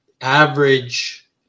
average